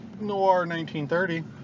Noir1930